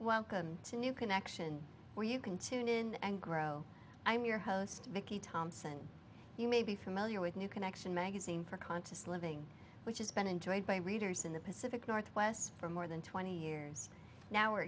welcome to new connection where you can tune in and grow i'm your host vicky thompson you may be familiar with new connection magazine for conscious living which has been enjoyed by readers in the pacific northwest for more than twenty years now